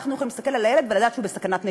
יכולים להסתכל על הילד ולדעת שהוא בסכנת נשירה.